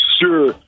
sure